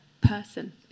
person